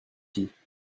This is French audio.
filles